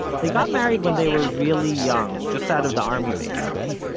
they got married when they were really young, just out of the army basically,